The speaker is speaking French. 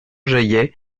jaillet